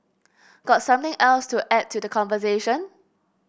got something else to add to the conversation